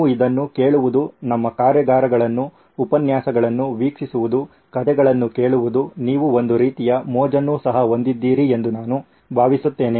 ನೀವು ಇದನ್ನು ಕೇಳುವುದು ನಮ್ಮ ಕಾರ್ಯಾಗಾರಗಳನ್ನು ಉಪನ್ಯಾಸಗಳನ್ನು ವೀಕ್ಷಿಸುವುದು ಕಥೆಗಳನ್ನು ಕೇಳುವುದು ನೀವು ಒಂದು ರೀತಿಯ ಮೋಜನ್ನು ಸಹ ಹೊಂದಿದ್ದೀರಿ ಎಂದು ನಾನು ಭಾವಿಸುತ್ತೇನೆ